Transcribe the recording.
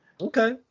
okay